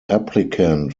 applicant